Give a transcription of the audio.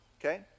okay